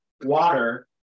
water